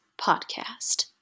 podcast